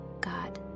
God